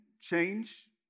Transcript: change